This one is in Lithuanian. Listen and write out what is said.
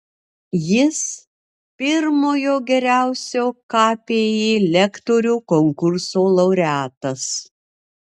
jis pirmojo geriausio kpi lektorių konkurso laureatas